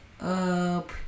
up